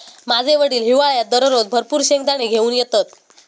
माझे वडील हिवाळ्यात दररोज भरपूर शेंगदाने घेऊन येतत